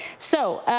so